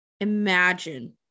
imagine